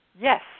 Yes